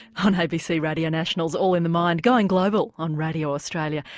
on abc radio national's all in the mind going global on radio australia.